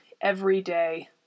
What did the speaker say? everyday